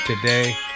today